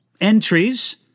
entries